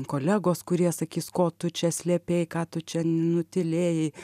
kolegos kurie sakys ko tu čia slėpei ką tu čia nutylėjai